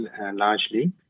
largely